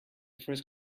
first